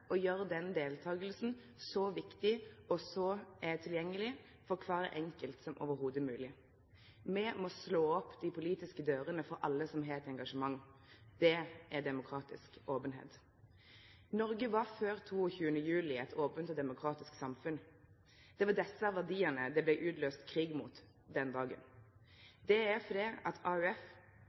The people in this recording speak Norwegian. å gjere den deltakinga så viktig og så tilgjengeleg for kvar enkelt som det i det heile er mogleg. Me må slå opp dei politiske dørene for alle som har eit engasjement. Det er demokratisk openheit. Noreg var før 22. juli eit ope og demokratisk samfunn. Det var desse verdiane det blei utløyst krig mot den dagen. Det er